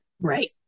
right